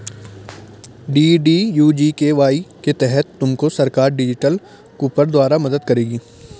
DDU GKY के तहत तुमको सरकार डिजिटल कूपन द्वारा मदद करेगी